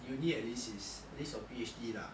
you need at least is at least got P_H_D lah